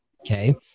Okay